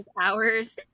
hours